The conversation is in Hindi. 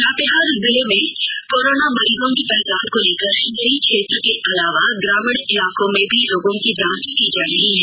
लातेहार जिले में कोरोना मरीजों की पहचान को लेकर शहरी क्षेत्र के अलावा ग्रामीण इलाकों में भी लोगों की जांच की जा रही है